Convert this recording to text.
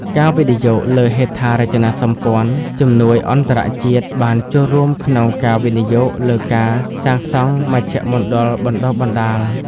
ការវិនិយោគលើហេដ្ឋារចនាសម្ព័ន្ធ ជំនួយអន្តរជាតិបានចូលរួមក្នុងការវិនិយោគលើការសាងសង់មជ្ឈមណ្ឌលបណ្តុះបណ្តាល។